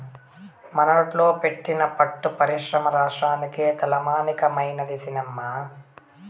మనోట్ల పెట్టిన పట్టు పరిశ్రమ రాష్ట్రానికే తలమానికమైనాది సినమ్మా